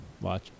watch